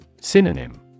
Synonym